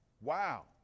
Wow